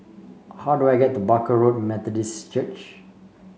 how do I get to Barker Road Methodist Church